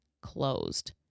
closed